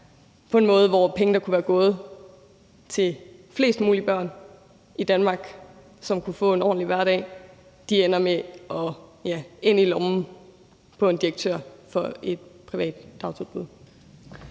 på en måde, hvor penge, der kunne være gået til, at flest mulige børn i Danmark kunne få en ordentlig hverdag, ender i lommen på en direktør for et privat dagtilbud.